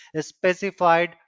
specified